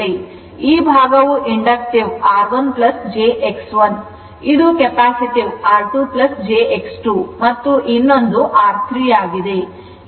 ಈ ಭಾಗವು inductive R1 jX1 ಇದು ಕೆಪ್ಯಾಸಿಟಿವ್ R2 jX2 ಮತ್ತು ಇನ್ನೊಂದು R3 ಆಗಿದೆ